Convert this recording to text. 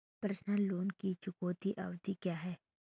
Personal loan की चुकौती अवधि क्या है?